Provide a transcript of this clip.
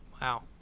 Wow